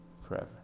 forever